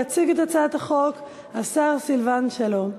יציג את הצעת החוק השר סילבן שלום.